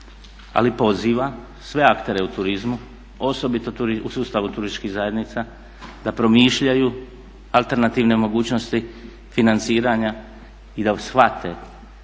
ali poziva sve aktere u turizmu osobito u sustavu turističkih zajednica da promišljaju alternativne mogućnosti financiranja i da shvate